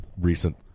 recent